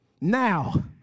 Now